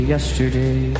Yesterday